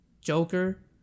Joker